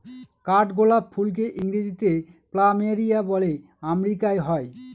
কাঠগোলাপ ফুলকে ইংরেজিতে প্ল্যামেরিয়া বলে আমেরিকায় হয়